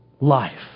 Life